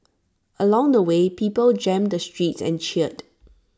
along the way people jammed the streets and cheered